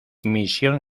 misión